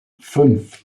fünf